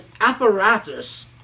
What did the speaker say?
apparatus